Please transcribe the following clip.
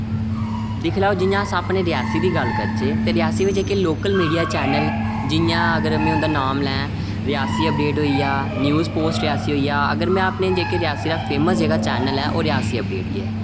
दिक्खी लैओ जियां अस अपने रियासी दी गल्ल करचै ते रियासी बिच जेह्के लोकल मीडिया चैनल जि'यां अगर मैं उंदा नाम लैं रियासी अपडेट होइया न्यूज पोस्ट रियासी होइया अगर में अपने जेह्के रियासी दा फेमस जेह्का चैनल ऐ ओह् रियासी अपडेट गै